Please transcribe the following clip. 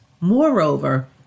Moreover